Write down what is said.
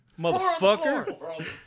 motherfucker